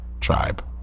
tribe